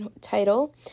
title